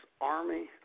Army